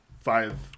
five